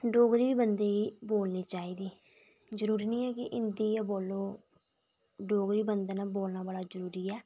डोगरी बंदे गी बोलनी चाहिदी जरूरी निं ऐ कि हिंदी गै बोल्लो डोगरी बंदे नै बोलना बड़ा जरूरी ऐ